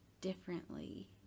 differently